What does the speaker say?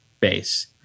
base